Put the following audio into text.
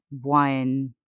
one